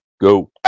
go